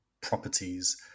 properties